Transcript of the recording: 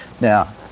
Now